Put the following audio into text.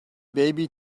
baby